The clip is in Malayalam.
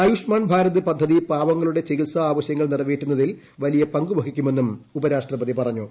ആയുഷ്മാൻഭാരത് പശ്ചതി പാവങ്ങളുടെ ചികിത്സാ ആവശ്യങ്ങൾ നിറവേറ്റുന്നതിൽ വലിയ് പങ്കു വഹിക്കുമെന്നും ഉപരാഷ്ട്രപതി പറഞ്ഞു